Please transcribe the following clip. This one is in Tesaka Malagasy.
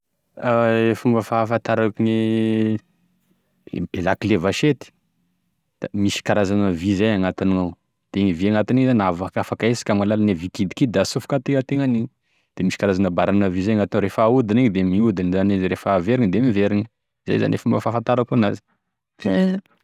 E fomba fahafantarako gny ino be lakile vasety da misy karazana vy zay agnatiny gnao, da igny vy agnatiny igny zany avoak- afaky ahetsiky ame alalagne vy kidikidy atsofoky antegnantegany io, de misy karazana baran'e vy zay gn'agnatiny gnao rehefa ahodiny igny de miodigny zany izy de rehefa averigny da miverigny izay zany e fomba fahantarako anazy.